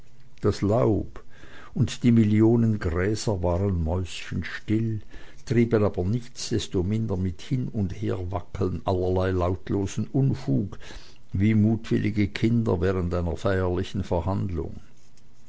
das laub und die millionen gräser waren mäuschenstill trieben aber nichtsdestominder mit hin und herwackeln allerlei lautlosen unfug wie mutwillige kinder während einer feierlichen verhandlung